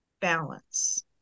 balance